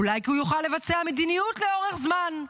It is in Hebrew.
אולי כי הוא יוכל לבצע מדיניות לאורך זמן.